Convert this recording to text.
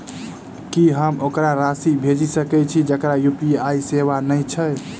की हम ओकरा राशि भेजि सकै छी जकरा यु.पी.आई सेवा नै छै?